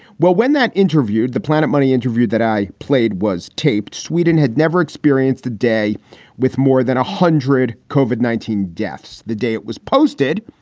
well, when that interviewed the planet money, interviewed that i played, was taped. sweden had never experienced a day with more than a hundred covered, nineteen deaths. the day it was posted,